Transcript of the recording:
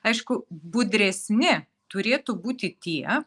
aišku budresni turėtų būti tie